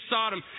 Sodom